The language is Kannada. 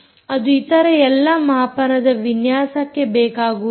ಅದು ಇತರ ಎಲ್ಲಾ ಮಾಪನದ ವಿನ್ಯಾಸಕ್ಕೆ ಬೇಕಾಗುವುದಿಲ್ಲ